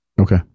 Okay